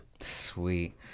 Sweet